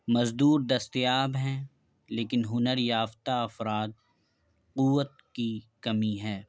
مزدور دستیاب ہیں لیکن ہنر یافتہ افراد قوت کی کمی ہے